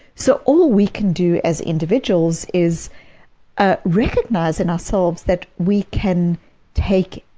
so all we can do as individuals is ah recognize in ourselves that we can take